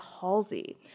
Halsey